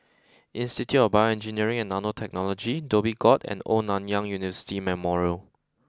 Institute of BioEngineering and Nanotechnology Dhoby Ghaut and Old Nanyang University Memorial